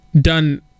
done